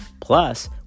Plus